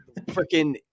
freaking